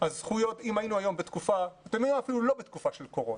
היינו היום לא בתקופה של קורונה,